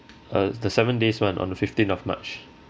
uh the seven days [one] on the fifteenth of march